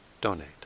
donate